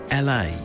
LA